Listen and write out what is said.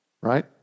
Right